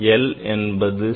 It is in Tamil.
l என்பது செ